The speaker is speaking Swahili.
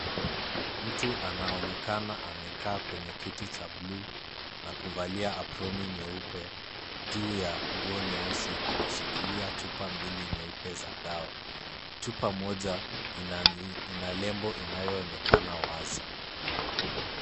Mtu anaonekana amekaa kwenye kiti cha bluu na kuvalia aproni nyeupe juu ya nguo nyeusi anashikilia chupa mbili nyeupe za dawa. Chupa moja ina lebo inayoonekana wazi.